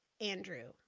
Andrew